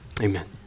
Amen